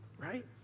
right